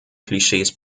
klischees